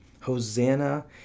Hosanna